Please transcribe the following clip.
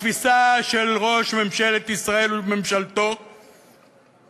התפיסה של ראש ממשלת ישראל וממשלתו היא: